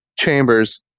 chambers